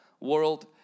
world